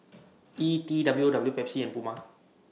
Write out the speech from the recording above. E T W O W Pepsi and Puma